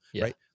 right